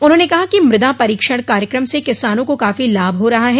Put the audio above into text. उन्होंने कहा कि मृदा परीक्षण कार्यक्रम से किसानों को काफी लाभ हो रहा है